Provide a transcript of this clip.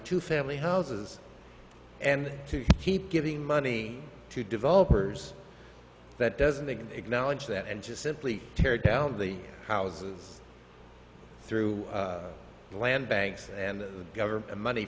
two family houses and to keep giving money to developers that doesn't take acknowledge that and just simply tear down the houses through the land banks and government money